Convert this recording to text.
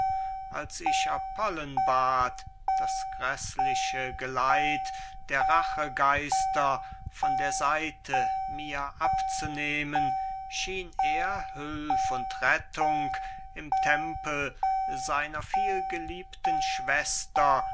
als ich apollen bat das gräßliche geleit der rachegeister von der seite mir abzunehmen schien er hülf und rettung im tempel seiner vielgeliebten schwester